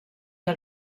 que